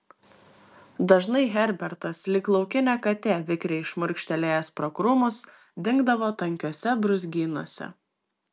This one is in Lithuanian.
dažnai herbertas lyg laukinė katė vikriai šmurkštelėjęs pro krūmus dingdavo tankiuose brūzgynuose